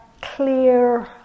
clear